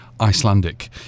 Icelandic